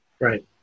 Right